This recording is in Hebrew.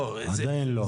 עדיין לא.